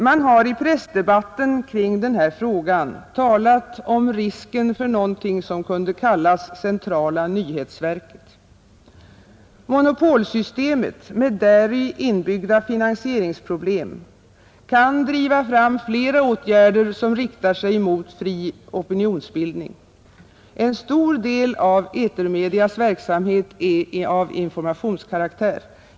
Man har i pressdebatten kring denna fråga talat om risken för någonting som kunde kallas centrala nyhetsverket. Monopolsystemet med däri inbyggda finansieringsproblem kan driva fram flera åtgärder som riktar sig mot fri opinionsbildning; en stor del av etermedias verksamhet är av informationskaraktär.